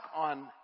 on